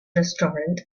restaurant